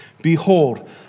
Behold